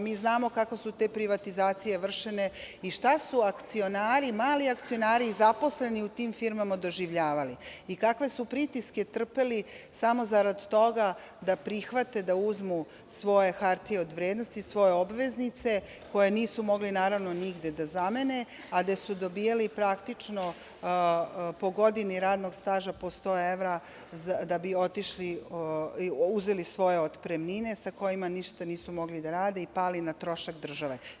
Mi znamo kako su te privatizacije vršene i šta su akcionari, mali akcionari i zaposleni u tim firmama doživljavali i kakve su pritiske trpeli samo zarad toga da prihvate da uzmu svoje hartije od vrednosti, svoje obveznice, koje nisu mogli, naravno, nigde da zamene, a da su praktično dobijali po godini radnog staža po 100 evra, da bi uzeli svoje otpremnine sa kojima ništa nisu mogli da rade i pali na trošak države.